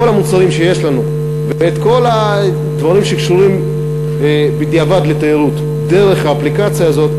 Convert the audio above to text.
המוצרים שיש לנו וכל הדברים שקשורים בדיעבד לתיירות דרך האפליקציה הזאת,